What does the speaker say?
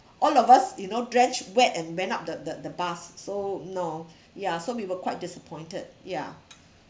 all of us you know drenched wet and went up the the the bus so no ya so we were quite disappointed ya